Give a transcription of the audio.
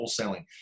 wholesaling